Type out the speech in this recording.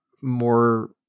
more